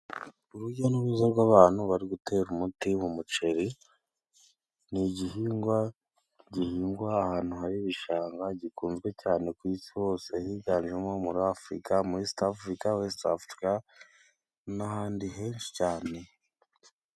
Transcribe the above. Urujya n'uruza rw'abantu bari gutera umuti mu muceri, ni igihingwa gihingwa ahantu hari ibishanga gikunzwe cyane ku isi hose higanjemo muri afurika muri East Africa na west africa n'ahandi henshi cyane.